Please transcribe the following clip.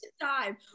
time